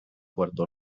puerto